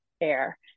air